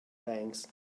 banks